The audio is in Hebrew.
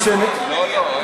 לא, לא.